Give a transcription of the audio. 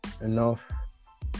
enough